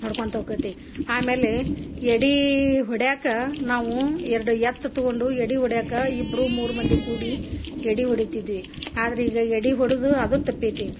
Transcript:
ಹೊಡ್ಕೊತಾ ಹೋಕೈತಿ ಆಮೇಲೆ ಎಡೀ ಹೊಡ್ಯಾಕ್ಕ ನಾವು ಎರಡು ಎತ್ತು ತಗೊಂಡು ಎಡಿ ಒಡ್ಯಾಕ್ಕ ಇಬ್ರು ಮೂರು ಮಂದಿ ಕೂಡಿ ಎಡಿ ಹೊಡಿತಿದ್ವಿ ಆದ್ರೆ ಈಗ ಎಡಿ ಹೊಡೆದು ಅದು ತಪ್ಪೈತಿ